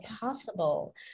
possible